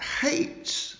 hates